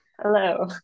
Hello